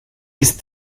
ist